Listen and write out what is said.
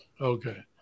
Okay